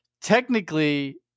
technically